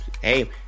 hey